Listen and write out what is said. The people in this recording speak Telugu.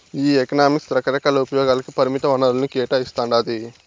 ఈ ఎకనామిక్స్ రకరకాల ఉపయోగాలకి పరిమిత వనరుల్ని కేటాయిస్తాండాది